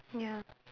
ya